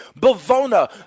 Bavona